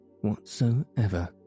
whatsoever